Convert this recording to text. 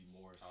more